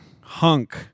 Hunk